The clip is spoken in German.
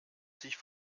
sich